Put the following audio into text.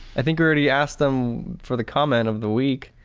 i think we already asked them for the comment of the week,